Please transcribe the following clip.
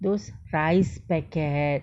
those rice packet